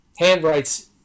handwrites